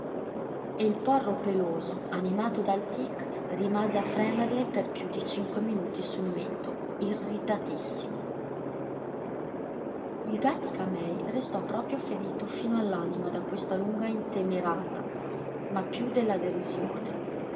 e il porro peloso animato dal tic rimase a fremerle per più di cinque minuti sul mento irritatissimo il gàttica-mei restò proprio ferito fino all'anima da questa lunga intemerata ma più della derisione